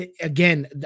again